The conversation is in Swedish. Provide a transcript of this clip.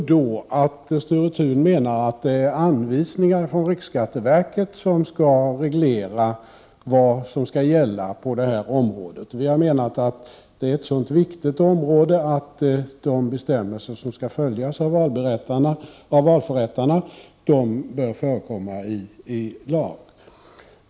Sture Thun menar att anvisningar från riksskatteverket skall reglera vad som skall gälla på detta område. Vi har menat att det är ett så viktigt område att de bestämmelser som skall följas av valförrättarna bör förekomma i lag.